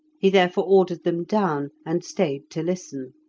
he therefore ordered them down, and stayed to listen.